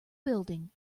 building